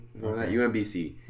UMBC